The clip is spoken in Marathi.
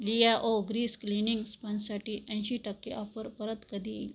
लियाओ ग्रीस क्लीनिंग स्पंजसाठी ऐंशी टक्के ऑफर परत कधी येईल